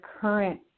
current